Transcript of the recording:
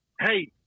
Hey